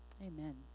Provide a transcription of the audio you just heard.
amen